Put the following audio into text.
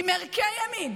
עם ערכי ימין,